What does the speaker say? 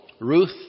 Ruth